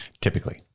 typically